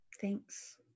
Thanks